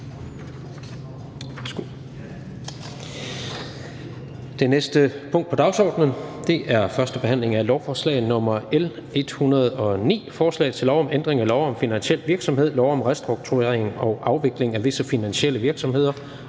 Det næste punkt på dagsordenen er: 15) 1. behandling af lovforslag nr. L 109: Forslag til lov om ændring af lov om finansiel virksomhed, lov om restrukturering og afvikling af visse finansielle virksomheder